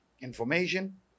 information